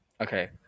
okay